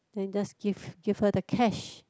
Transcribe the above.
then just give give her the cash